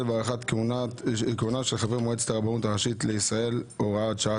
והארכת כהונה של חברי מועצת הרבנות הראשית לישראל) (הוראת שעה),